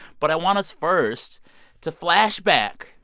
but i want us first to flash back.